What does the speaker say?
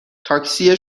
تاکسی